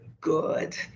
good